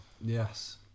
yes